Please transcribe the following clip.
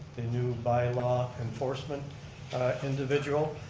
the new bylaw enforcement individual,